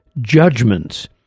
judgments